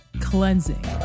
cleansing